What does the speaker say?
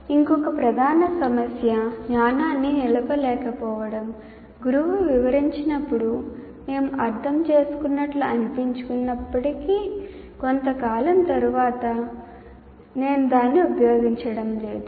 ఇంకొక ప్రధాన సమస్య జ్ఞానాన్ని నిలపలేకపోవడం గురువు వివరించినప్పుడు మేము అర్థం చేసుకున్నట్లు అనిపించినప్పటికీ కొంతకాలం తర్వాత నేను దానిని ఉపయోగించడం లేదు